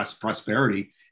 prosperity